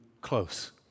close